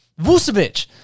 Vucevic